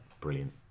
brilliant